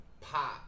pop